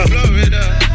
Florida